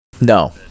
No